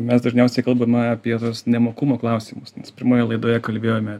mes dažniausiai kalbama apie tuos nemokumo klausimus nes pirmoje laidoje kalbėjome